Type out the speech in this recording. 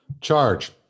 Charge